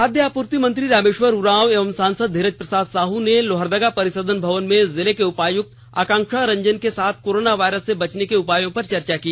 खाद्य आपूर्ति मंत्री रामेश्वर उरांव एवं सांसद धीरज प्रसाद साहू ने लोहरदगा परिसदन भवन में जिले के उपायुक्त आकांक्षा रंजन के साथ कोरोना वायरस से बचने के उपायों पर चर्चा की